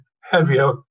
heavier